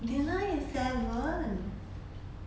dinner is seven